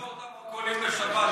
לסגור את המרכולים בשבת,